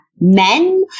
men